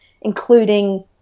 including